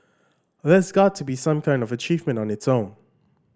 that's got to be some kind of achievement on its own